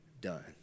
done